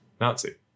Nazi